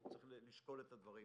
צריך לשקול את הדברים.